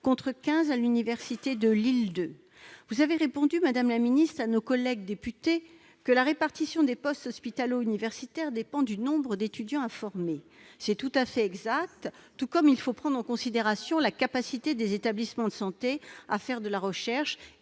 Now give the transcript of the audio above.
contre 15 à l'université de Lille 2. Madame la ministre, vous avez répondu à nos collègues députés que la répartition des postes hospitalo-universitaires dépendait du nombre d'étudiants à former. C'est tout à fait exact. J'ajoute qu'il faut aussi prendre en considération la capacité des établissements de santé à faire de la recherche